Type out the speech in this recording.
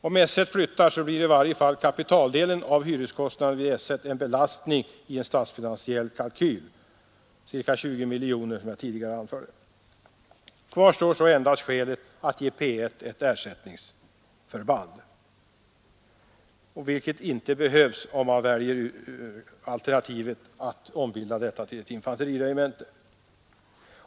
Om §S 1 flyttar, blir i varje fall kapitaldelen av hyreskostnaden vid § 1 en belastning i en statsfinansiell kalkyl — ca 20 miljoner kronor som jag tidigare anförde. Kvar står så endast skälet att ge Enköping ett ersättningsförband för P 1, något som inte behövs om man väljer alternativet att ombilda detta till ett infanteriregemente.